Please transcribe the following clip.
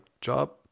job